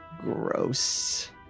gross